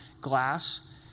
glass